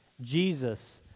Jesus